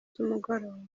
z’umugoroba